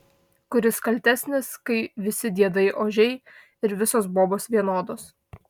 kuris kaltesnis kai visi diedai ožiai ir visos bobos vienodos